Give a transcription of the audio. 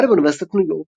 למד באוניברסיטת ניו יורק.